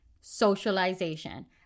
socialization